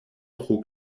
pro